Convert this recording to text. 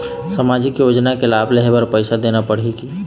सामाजिक योजना के लाभ लेहे बर पैसा देना पड़ही की?